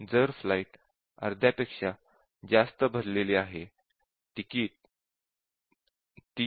जर फ्लाइट अर्ध्यापेक्षा जास्त भरलेली आहे तिकीट Rs